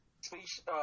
species